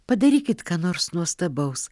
padarykit ką nors nuostabaus